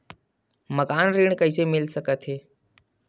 मकान ऋण कइसे मिल सकथे?